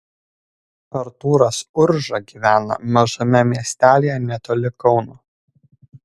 artūras urža gyvena mažame miestelyje netoli kauno